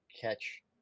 catch